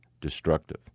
destructive